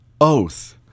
Oath